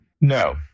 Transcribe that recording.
No